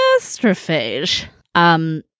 astrophage